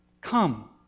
Come